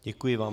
Děkuji vám.